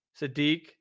sadiq